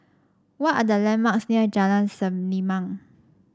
what are the landmarks near Jalan Selimang